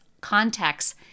contacts